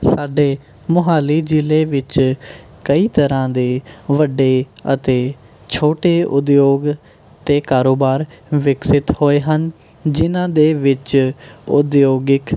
ਸਾਡੇ ਮੋਹਾਲੀ ਜ਼ਿਲ੍ਹੇ ਵਿੱਚ ਕਈ ਤਰ੍ਹਾਂ ਦੇ ਵੱਡੇ ਅਤੇ ਛੋਟੇ ਉਦਯੋਗ ਅਤੇ ਕਾਰੋਬਾਰ ਵਿਕਸਿਤ ਹੋਏ ਹਨ ਜਿਨ੍ਹਾਂ ਦੇ ਵਿੱਚ ਉਦਯੋਗਿਕ